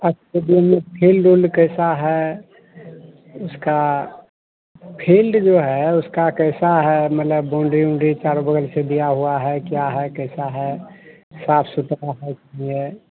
stadium में field उल्ड कैसा है इसका फील्ड जो है उसका कैसा है मतलब बाउन्ड्री उन्ड्री चारों बगल से दिया हुआ है क्या है कैसा है साफ़ सुथरा है कि नहीं है